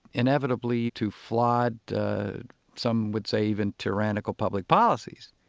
inevitably, to flawed, some would say even tyrannical, public policies.